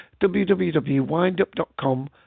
www.windup.com